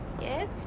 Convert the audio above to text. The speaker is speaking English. Yes